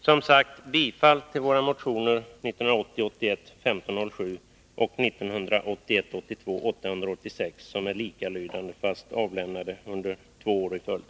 Som sagt, jag yrkar bifall till våra motioner 1980 82:886, som är likalydande fast avlämnade under två år i följd.